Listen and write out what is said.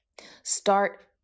start